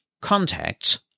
contacts